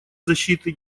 защиты